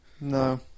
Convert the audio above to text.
no